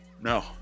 no